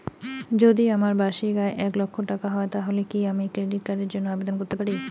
যদি আমার বার্ষিক আয় এক লক্ষ টাকা হয় তাহলে কি আমি ক্রেডিট কার্ডের জন্য আবেদন করতে পারি?